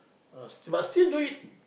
ah sti~ but still do it